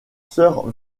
sir